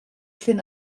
clean